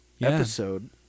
episode